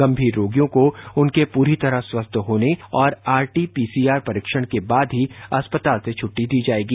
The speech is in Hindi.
गंगीर रोगियों को उनके पूरी तरह स्वस्थ होने और आरटी पीसीआर परीक्षण के बाद ही अस्पताल से छुट्टी दी जाएगी